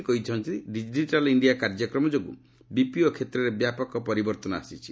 ସେ କହିଛନ୍ତି digital India କାର୍ଯ୍ୟକ୍ରମ ଯୋଗୁଁ ବିପିଓ କ୍ଷେତ୍ରରେ ବ୍ୟାପକ ପରିବର୍ତ୍ତନ ଆସିଛି